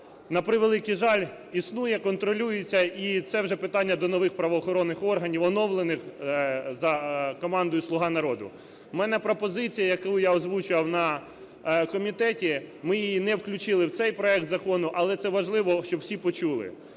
на превеликий жаль, існує, контролюється. І це вже питання до нових правоохоронних органів, оновлених командою "Слуга народу". В мене пропозиція, яку я озвучував на комітеті. Ми її не включили в цей проект закону. Але це важливо, щоб всі почули.